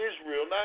Israel